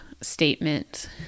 statement